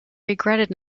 regretted